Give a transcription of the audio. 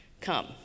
Come